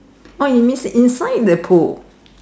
what you miss inside the pool